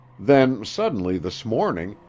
then, suddenly, this morning,